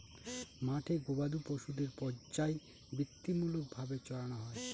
মাঠে গোবাদি পশুদের পর্যায়বৃত্তিমূলক ভাবে চড়ানো হয়